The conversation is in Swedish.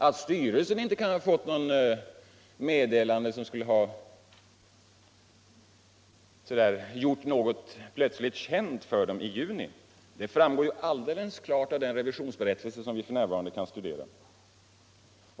All styrelsen inte kan ha fått något meddelande som plötsligt skulle ha gjort något känt för den i juni framgår alldeles klart av den revisionsberättelse som vi f. n. kan studera.